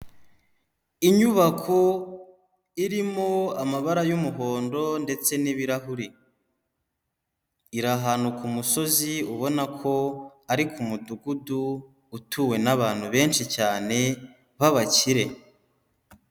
Inyubako irimo amabara y'umuhondo ndetse n'ibirahuri, ira ahantu ku musozi ubona ko ari ku mudugudu utuwe n'abantu benshi cyane b'abakire.